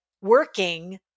working